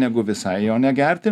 negu visai jo negerti